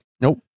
nope